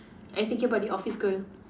I think about the office girl